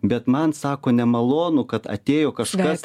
bet man sako nemalonu kad atėjo kažkas